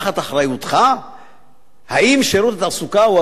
האם שירות התעסוקה הוא הגוף שאמור לכוון